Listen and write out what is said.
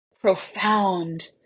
profound